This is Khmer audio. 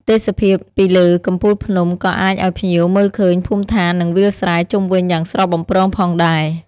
ទេសភាពពីលើកំពូលភ្នំក៏អាចឲ្យភ្ញៀវមើលឃើញភូមិឋាននិងវាលស្រែជុំវិញយ៉ាងស្រស់បំព្រងផងដែរ។